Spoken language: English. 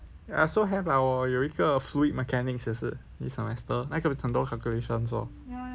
ya I also have lah 我有一个 fluid mechanics 也是 this semester 那个很多 calculations lor